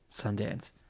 Sundance